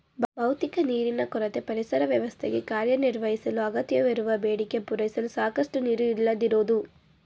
ಭೌತಿಕ ನೀರಿನ ಕೊರತೆ ಪರಿಸರ ವ್ಯವಸ್ಥೆಗೆ ಕಾರ್ಯನಿರ್ವಹಿಸಲು ಅಗತ್ಯವಿರುವ ಬೇಡಿಕೆ ಪೂರೈಸಲು ಸಾಕಷ್ಟು ನೀರು ಇಲ್ಲದಿರೋದು